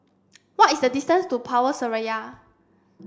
what is the distance to Power Seraya